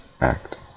act